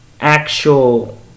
actual